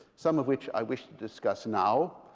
some of which i wish to discuss now,